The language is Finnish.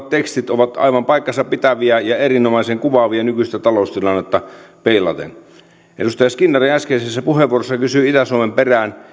tekstit ovat aivan paikkansa pitäviä ja ja erinomaisen kuvaavia nykyistä taloustilannetta peilaten edustaja skinnari äskeisessä puheenvuorossa kysyi itä suomen perään se